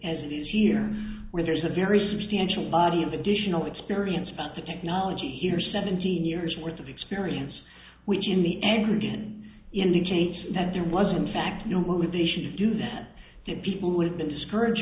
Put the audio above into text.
as it is here where there's a very substantial body of additional experience about the technology here seventeen years worth of experience which in the ever again indicates that there was in fact no motivation to do that to people who had been discouraged